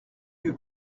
eut